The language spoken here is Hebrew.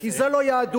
כי זו לא יהדות,